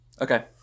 Okay